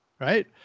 right